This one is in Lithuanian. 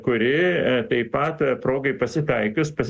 kuri taip pat progai pasitaikius pas